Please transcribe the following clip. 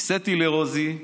נישאתי לרוזי,